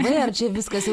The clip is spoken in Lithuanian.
beje čia viskas jau